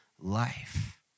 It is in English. life